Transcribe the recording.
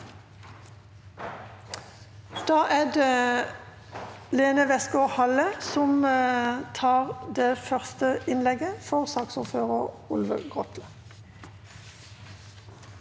Da er det Lene Westgaard-Halle som holder det første innlegget, for saksordfører Olve Grotle.